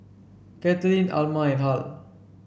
Katelyn Alma and Hal